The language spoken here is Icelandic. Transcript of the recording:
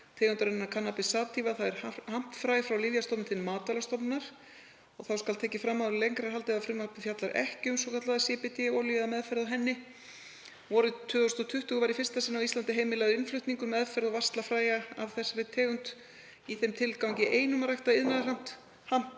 tegundarinnar Cannabis sativa, þ.e. hampfræ, frá Lyfjastofnun til Matvælastofnunar. Þá skal tekið fram áður en lengra er haldið að frumvarpið fjallar ekki um svokallaða CBD-olíu eða meðferð á henni. Vorið 2020 var í fyrsta sinn á Íslandi heimilaður innflutningur, meðferð og varsla fræja af þessari tegund í þeim tilgangi einum að rækta iðnaðarhamp.